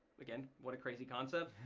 again, what a crazy concept.